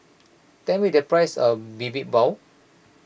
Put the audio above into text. tell me the price of Bibimbap